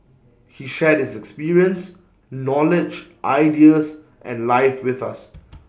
he shared his experience knowledge ideas and life with us